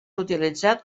utilitzat